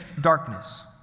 darkness